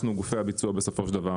אנחנו גופי הביצוע בסופו של דבר,